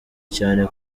cyane